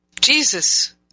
Jesus